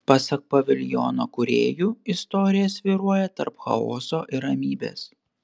pasak paviljono kūrėjų istorija svyruoja tarp chaoso ir ramybės